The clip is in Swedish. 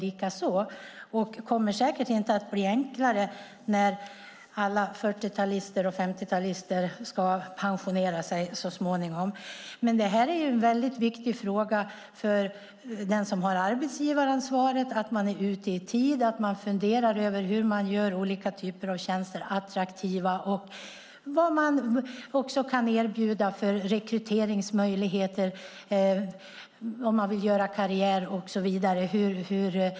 Och det kommer säkert inte att bli enklare när alla 40-talister och 50-talister ska pensionera sig så småningom. Men det här är en viktig fråga för den som har arbetsgivaransvaret, att man är ute i tid, att man funderar över hur man gör olika typer av tjänster attraktiva och vad man kan erbjuda för rekryteringsmöjligheter. Hur ser möjligheterna ut om man vill göra karriär och så vidare?